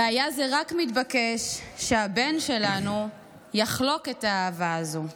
היה זה רק מתבקש שהבן שלנו יחלוק את האהבה הזאת,